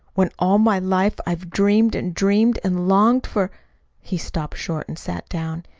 when all my life i've dreamed and dreamed and longed for he stopped short and sat down.